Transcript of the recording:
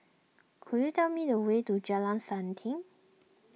could you tell me the way to Jalan Selanting